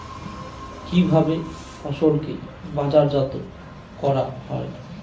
কিভাবে ফসলকে বাজারজাত করা হয়?